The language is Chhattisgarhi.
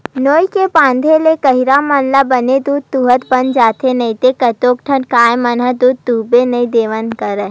नोई के बांधे ले गहिरा मन ल बने दूद ल दूहूत बन जाथे नइते कतको ठन गाय ह दूद दूहने देबे नइ करय